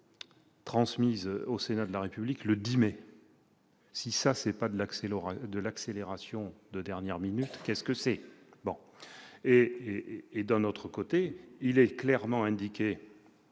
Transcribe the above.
transmise au Sénat de la République le 10 mai. Si ce n'est pas de l'accélération de dernière minute, qu'est-ce que c'est ? J'ajoute qu'il est clairement indiqué